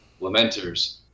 Lamenters